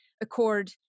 accord